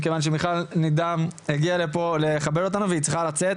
מכיוון שמיכל נידם הגיעה לפה לכבד אותנו והיא צריכה לצאת.